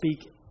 speak